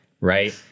right